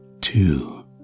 two